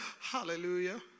Hallelujah